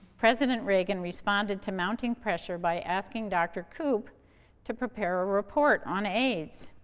president reagan responded to mounting pressure by asking dr. koop to prepare a report on aids.